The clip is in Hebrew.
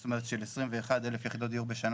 זאת אומרת של 21,000 יחידות דיור לשנה